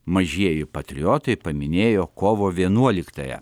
mažieji patriotai paminėjo kovo vienuoliktąją